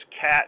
CAT